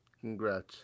Congrats